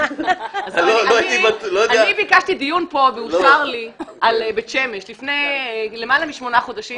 אני ביקשתי דיון פה ואושר לי על בית שמש לפני למעלה משמונה חודשים.